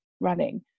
running